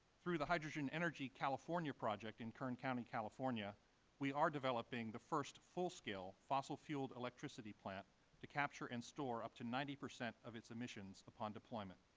through the hydrogen energy california project in kern county, california we are developing the first full scale, fossil fueled electricity plant to capture and store up to ninety percent of its emissions upon deployment.